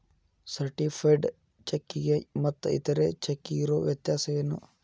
Certified ಚೆಕ್ಕಿಗೆ ಮತ್ತ್ ಇತರೆ ಚೆಕ್ಕಿಗಿರೊ ವ್ಯತ್ಯಸೇನು?